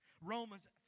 Romans